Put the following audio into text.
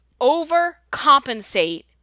overcompensate